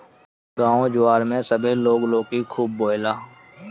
गांव जवार में सभे लोग लौकी खुबे बोएला